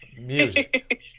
music